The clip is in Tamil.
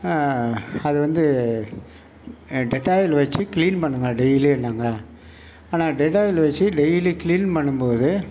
அதுவந்து டெட்டாயில் வச்சு க்ளீன் பண்ணுங்க டெய்லினாங்க ஆனால் டெட்டாயில் வச்சு டெய்லி க்ளீன் பண்ணும்போது